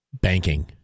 banking